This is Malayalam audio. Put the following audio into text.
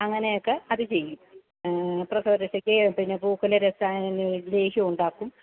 അങ്ങനെയൊക്കെ അത് ചെയ്യും പ്രസവരഷയ്ക്ക് പിന്നെ പൂക്കുല രസായനം ലേഹ്യമുണ്ടാക്കും